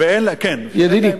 ידידי,